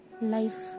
life